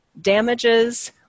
damages